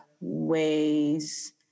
ways